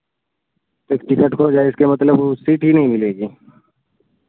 एक टिकट खो जाए इसका मतलब सीट ही नहीं मिलेगी